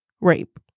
rape